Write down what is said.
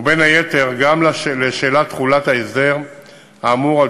ובין היתר גם על שאלת תחולת ההסדר האמור על